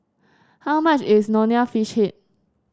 how much is Nonya Fish Head